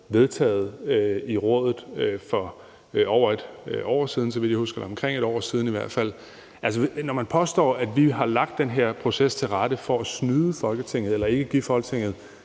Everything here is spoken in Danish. vedtaget i rådet for omkring et år siden, og når man påstår, at vi har lagt den her proces til rette for at snyde Folketinget eller ikke give Folketinget